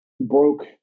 broke